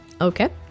Okay